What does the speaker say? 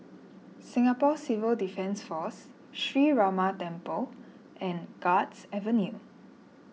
Singapore Civil Defence force Sree Ramar Temple and Guards Avenue